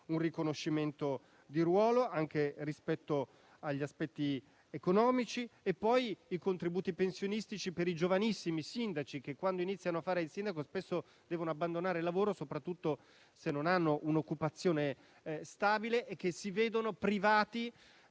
un riconoscimento di ruolo anche dal punto di vista economico. Cito inoltre i contributi pensionistici per i giovanissimi sindaci, che quando iniziano a ricoprire tale carica spesso devono abbandonare il lavoro, soprattutto se non hanno un'occupazione stabile, e si vedono privati